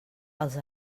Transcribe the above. els